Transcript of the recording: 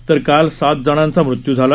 तर काल सात जणांचा मृत्यू झाला